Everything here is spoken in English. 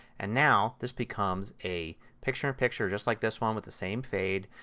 and now this becomes a picture-in-picture just like this one, with the same fade,